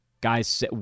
guys